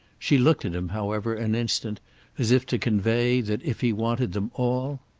she looked at him, however, an instant as if to convey that if he wanted them all!